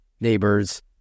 neighbors